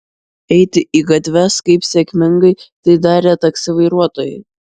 eiti į gatves kaip sėkmingai tai darė taksi vairuotojai